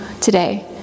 today